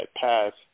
passed